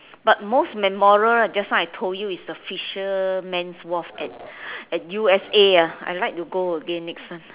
but most memorable just now I told you is the fisherman's wharf at at u_s_a ah I'd like to go again next time